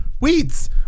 weeds